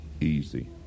easy